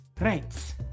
Right